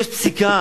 יש פסיקה